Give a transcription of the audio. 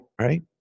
right